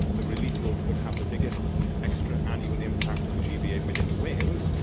the relief road would have the biggest extra annual impact on gva within wales,